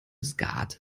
skat